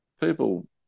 People